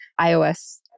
iOS